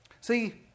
See